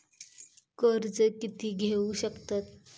कर्ज कीती घेऊ शकतत?